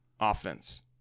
offense